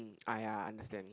hmm ah ya I understand